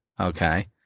okay